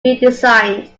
redesigned